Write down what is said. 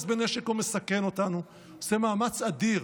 בנשק או מסכן אותנו הוא עושה מאמץ אדיר